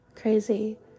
Crazy